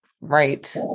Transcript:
Right